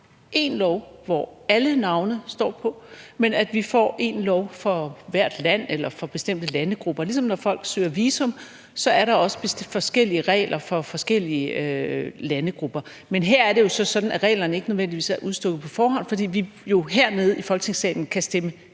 hvor alle navne står på, men så vi får et lovforslag for hvert land eller for bestemte landegrupper, ligesom når folk søger visum. Her er der også forskellige regler for forskellige landegrupper. Men her er det jo sådan, at reglerne ikke nødvendigvis er udstukket på forhånd, fordi vi hernede i Folketingssalen kan stemme